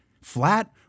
Flat